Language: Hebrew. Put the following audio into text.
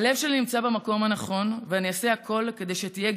הלב שלי נמצא במקום הנכון ואני אעשה הכול כדי שתהיה